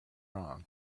wrong